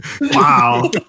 Wow